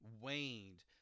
waned